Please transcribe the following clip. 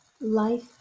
life